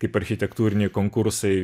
kaip architektūriniai konkursai